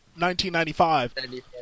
1995